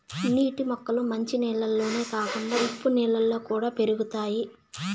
నీటి మొక్కలు మంచి నీళ్ళల్లోనే కాకుండా ఉప్పు నీళ్ళలో కూడా పెరుగుతాయి